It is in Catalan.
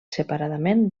separadament